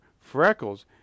Freckles